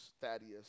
Thaddeus